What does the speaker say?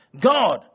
God